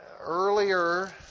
earlier